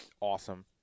awesome